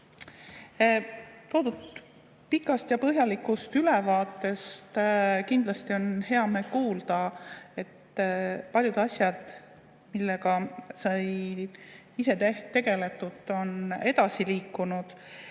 Toodud pikast ja põhjalikust ülevaatest kindlasti on heameel kuulda, et paljud asjad, millega sai ise tegeletud, on edasi liikunud